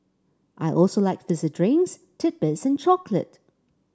I also like fizzy drinks titbits and chocolate